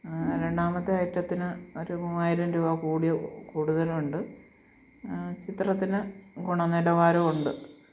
രണ്ടാമത്തെ ഐറ്റത്തിന് ഒരു മുവായിരം രൂപ കൂടിയൊ കൂടുതലുണ്ട് ചിത്രത്തിന് ഗുണനിലവാരം ഉണ്ട്